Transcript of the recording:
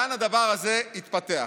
לאן הדבר הזה התפתח.